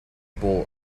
bull